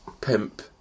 pimp